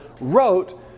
wrote